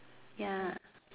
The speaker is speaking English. ya